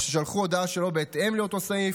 או ששלחו הודעה שלא בהתאם לאותו סעיף,